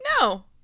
No